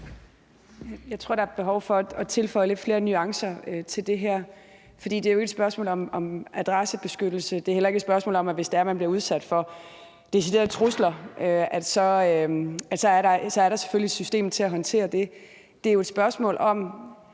Jeg tror, at der er behov for at tilføje lidt flere nuancer til det her. Det er jo ikke et spørgsmål om adressebeskyttelse. Det er heller ikke et spørgsmål om, om der er et system, hvis man bliver udsat for deciderede trusler – der er selvfølgelig et system til at håndtere det. Det er jo et spørgsmål om,